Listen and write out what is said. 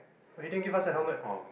but they didn't give us a helmet